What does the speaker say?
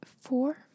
four